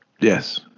Yes